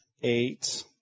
eight